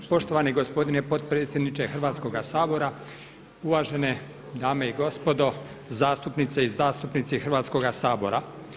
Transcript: Poštovani gospodine potpredsjedniče Hrvatskoga sabora, uvažene dame i gospodo zastupnice i zastupnici Hrvatskoga sabora.